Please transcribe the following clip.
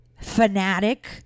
fanatic